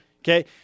Okay